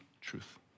truth